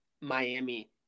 Miami